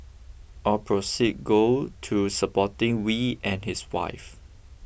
all proceed go to supporting Wee and his wife